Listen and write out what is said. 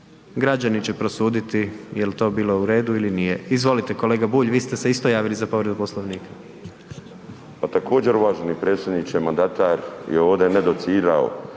građani će prosuditi jel to bilo u redu ili nije. Izvolite kolega Bulj, vi ste se isto javili za povredu Poslovnika. **Bulj, Miro (MOST)** Pa također uvaženi predsjedniče mandatar je ovdje ne docirao